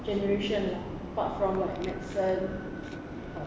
generation apart from like medicine